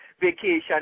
vacation